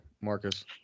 Marcus